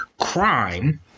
crime